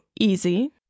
easy